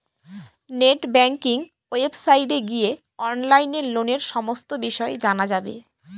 net banking ওয়েবসাইটে গিয়ে অনলাইনে লোনের সমস্ত বিষয় জানা যাবে